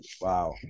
Wow